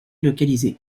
localisé